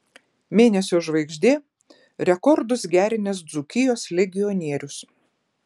mėnesio žvaigždė rekordus gerinęs dzūkijos legionierius